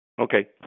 Okay